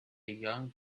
young